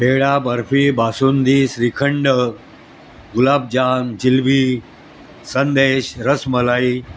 पेढा बर्फी बासुंदी श्रीखंड गुलाबजम जिलबी संदेश रसमलाई